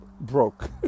broke